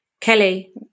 Kelly